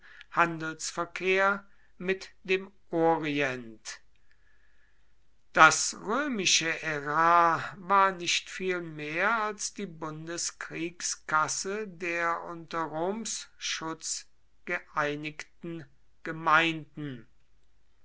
handelsverkehr mit dem orient das römische ärar war nicht viel mehr als die bundeskriegskasse der unter roms schutz geeinigten gemeinden